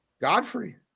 Godfrey